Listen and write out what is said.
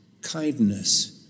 kindness